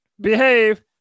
behave